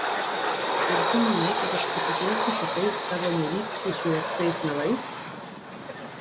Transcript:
ir tu manai kad aš patikėsiu šitais tavo nevykusiai suregztais melais